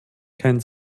kein